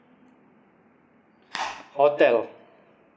hotel